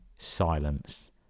Silence